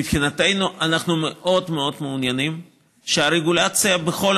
מבחינתנו אנחנו מאוד מאוד מעוניינים שהרגולציה בכל